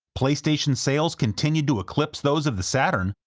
playstation sales continued to eclipse those of the saturn,